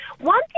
One